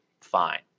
fine